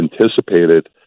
anticipated